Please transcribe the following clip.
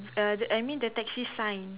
err I mean the taxi sign